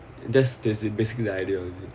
there's this basically the idea is it